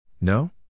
No